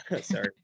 sorry